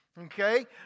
okay